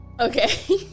Okay